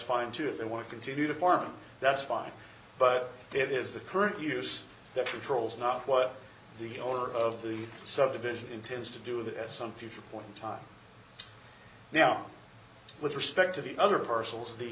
fine too if they want to continue to farm that's fine but it is the current use the controls not what the owner of the subdivision intends to do with it as some future point in time now with respect to the other parcels the